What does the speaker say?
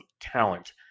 talent